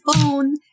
phone